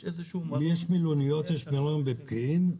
יש מלוניות בראמה ובפקיעין.